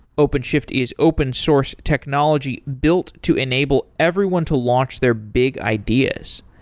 openshift is open source technology built to enable everyone to launch their big ideas.